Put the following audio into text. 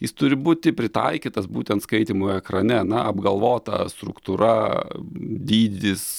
jis turi būti pritaikytas būtent skaitymui ekrane na apgalvota struktūra dydis